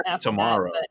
tomorrow